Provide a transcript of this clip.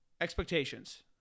Expectations